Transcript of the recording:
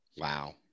Wow